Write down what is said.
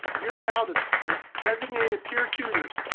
you're now the ah designated peer tutors.